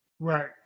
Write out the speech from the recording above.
Right